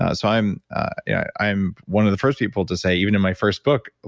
ah so i'm i'm one of the first people to say, even in my first book,